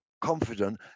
confident